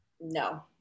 no